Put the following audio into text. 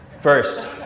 First